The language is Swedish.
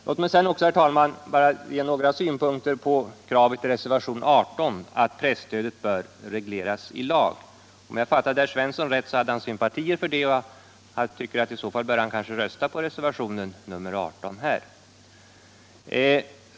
Låt mig sedan herr talman, bara ge några synpunkter på kravet i reservationen 18 att presstödet bör regleras i lag. Om jag fattade herr Svensson i Eskilstuna rätt har han sympatier för det, och i så fall bör han — tycker jag — rösta på reservationen 18.